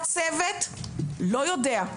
הצוות לא יודע,